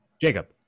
Jacob